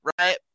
right